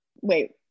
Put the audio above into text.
wait